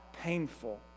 painful